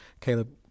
Caleb